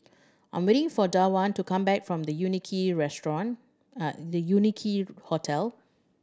I'm waiting for Dawna to come back from The Quincy Restaurant The Quincy Hotel